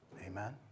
Amen